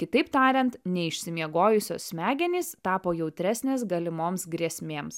kitaip tariant neišsimiegojusios smegenys tapo jautresnės galimoms grėsmėms